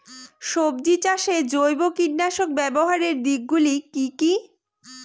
সবজি চাষে জৈব কীটনাশক ব্যাবহারের দিক গুলি কি কী?